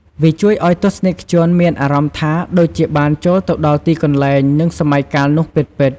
វាជួយឱ្យទស្សនិកជនមានអារម្មណ៍ថាដូចជាបានចូលទៅដល់ទីកន្លែង និងសម័យកាលនោះពិតៗ។